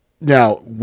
Now